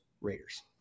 Raiders